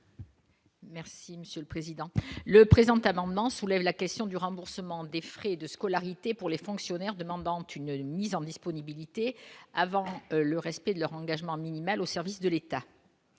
Merci Monsieur le Président, le présent amendement soulève la question du remboursement des frais de scolarité pour les fonctionnaires demandant une mise en disponibilité avant le respect de leur engagement minimal au service de l'État,